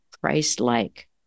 Christ-like